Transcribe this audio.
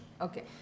Okay